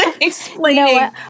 explaining